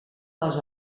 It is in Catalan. les